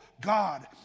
God